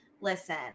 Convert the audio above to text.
listen